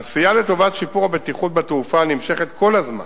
העשייה לטובת שיפור הבטיחות בתעופה נמשכת כל הזמן.